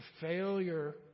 failure